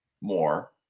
more